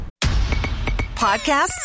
Podcasts